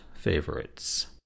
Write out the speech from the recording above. favorites